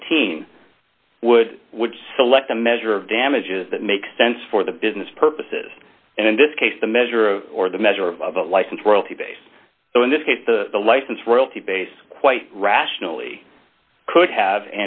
fifteen would would select a measure of damages that makes sense for the business purposes and in this case the measure of or the measure of of a license royalty base in this case the license royalty base quite rationally could have